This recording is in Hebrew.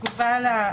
בתגובה